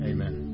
Amen